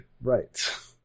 Right